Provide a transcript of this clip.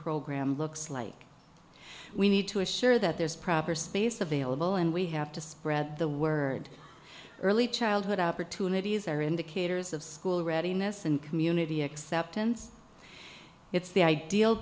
program looks like we need to assure that there's proper space available and we have to spread the word early childhood opportunities are indicators of school readiness and community acceptance it's the ideal